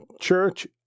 church